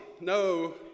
No